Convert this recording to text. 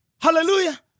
Hallelujah